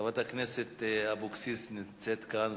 חברת הכנסת אבקסיס נמצאת כאן,